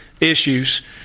issues